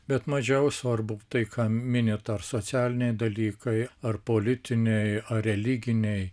bet mažiau svarbu tai ką minit ar socialiniai dalykai ar politiniai ar religiniai